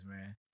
man